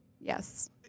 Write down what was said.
Yes